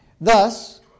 Thus